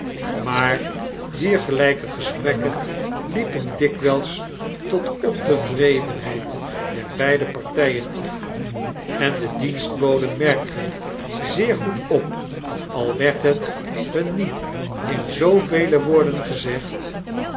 maar diergelijke gesprekken liepen dikwyls tot ontevredenheid der beide partyen af en de dienstboden merkten zeer goed op al werd het hun niet in zoovele woorden gezegd